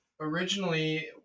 originally